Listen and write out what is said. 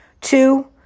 Two